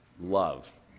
Love